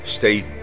state